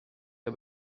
der